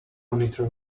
monitor